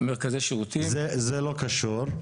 זה לא קשור,